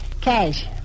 cash